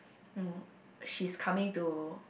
no she's coming to